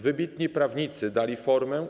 Wybitni prawnicy dali formę.